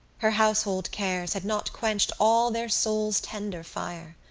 her household cares had not quenched all their souls' tender fire.